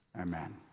amen